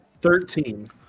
Thirteen